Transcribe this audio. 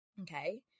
Okay